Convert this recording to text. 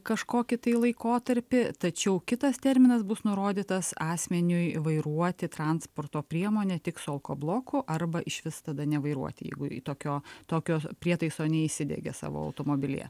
kažkokį tai laikotarpį tačiau kitas terminas bus nurodytas asmeniui vairuoti transporto priemonę tik su alko blokų arba išvis tada nevairuoti jeigu tokio tokio prietaiso neįsidegė savo automobilyje